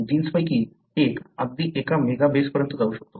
जीन्सपैकी एक अगदी एका मेगा बेसपर्यंत जाऊ शकतो